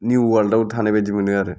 new वाल्दाव थानाय बायदि मोनो आरो